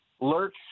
lurch